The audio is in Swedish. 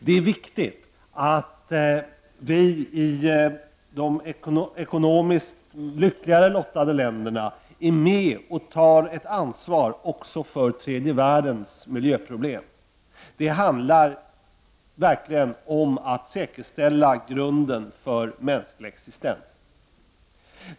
Det är viktigt att vi i de ekonomiskt lyckligare lottade länderna tar ansvar också för tredje världens miljöproblem. Det handlar verkligen om att säkerställa grunden för mänsklig existens.